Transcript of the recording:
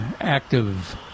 active